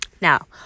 now